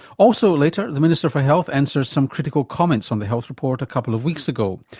also, later the minister for health answers some critical comments on the health report a couple of weeks ago.